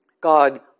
God